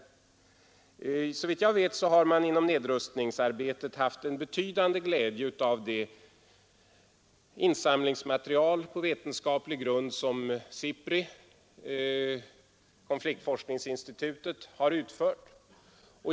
Såvitt jag vet har man i nedrustningsarbetet haft en betydande glädje av det material på vetenskaplig grund som SIPRI, konfliktforskningsinstitutet, har insamlat.